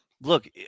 look